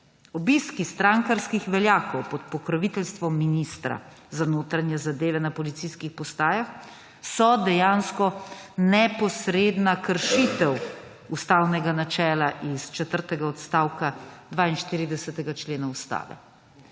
Obiski strankarskih veljakov pod pokroviteljstvom ministra za notranje zadeve na policijskih postajah so dejansko neposredna kršitev ustavnega načela iz četrtega odstavka 42. člena Ustave.